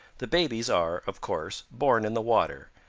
the babies are, of course, born in the water,